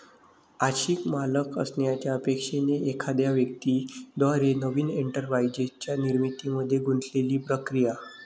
आंशिक मालक असण्याच्या अपेक्षेने एखाद्या व्यक्ती द्वारे नवीन एंटरप्राइझच्या निर्मितीमध्ये गुंतलेली प्रक्रिया